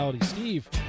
Steve